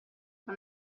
non